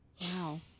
Wow